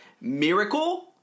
Miracle